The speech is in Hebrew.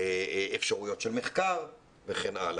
זה אפשרויות של מחקר וכן הלאה.